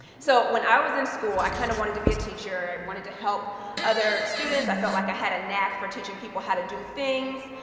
so when i was in school, i kind of wanted to be a teacher, i wanted to help other students, i felt like i had a knack for teaching people how to do things.